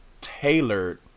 tailored